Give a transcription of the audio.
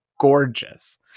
gorgeous